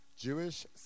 Jewish